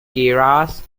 keras